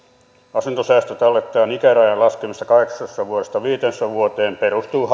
asuntosäästötallettajan ikärajan laskemisesta kahdeksastatoista viiteentoista vuoteen perustuu